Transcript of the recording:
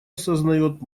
осознает